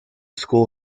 school